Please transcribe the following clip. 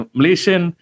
Malaysian